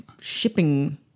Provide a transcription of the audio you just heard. shipping